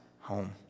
home